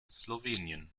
slowenien